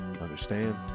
Understand